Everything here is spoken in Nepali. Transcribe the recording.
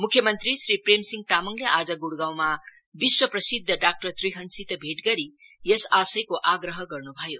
म्ख्य मंत्री श्री प्रेमसिंह तामाङले आज ग्इगाउँमा विश्व प्रसिद्ध डाक्टर त्रिहनसित भेट गरी यस आशयको आग्रह गर्न् भयो